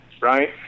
right